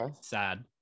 sad